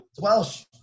Welsh